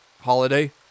holiday